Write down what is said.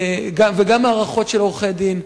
וגם מהערכות של עורכי-דין,